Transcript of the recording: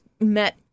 met